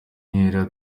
kwamamaza